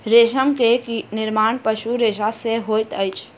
रेशम के निर्माण पशु रेशा सॅ होइत अछि